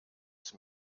zum